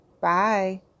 Bye